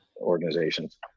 organizations